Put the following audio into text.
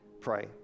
pray